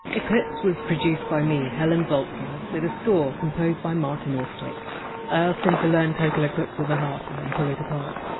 eclipse was produced by me, helen zaltzman, with a score composed by martin austwick. i asked him to learn total eclipse of the heart, and then pull it apart.